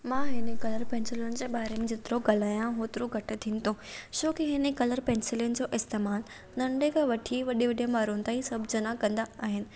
मां हिननि कलर पेंसिलुनि जे बारे में जेतिरो ॻाल्हायां ओतिरो घटि थींदो छो कि हिननि कलर पेंसिलुनि जो इस्तेमालु नंढे खां वठी वॾे वॾे माण्हुनि ताईं सभु ॼणा कंदा आहिनि